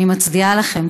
אני מצדיעה לכם,